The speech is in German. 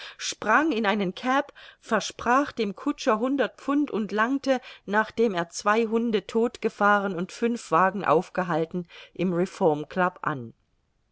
sprang in einen cab versprach dem kutscher hundert pfund und langte nachdem er zwei hunde todtgefahren und fünf wagen aufgehalten im reformclub an